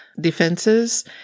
defenses